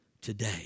today